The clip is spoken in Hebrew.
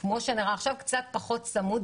מי הולך לפקח אחרי כל ההסדרים.